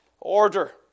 order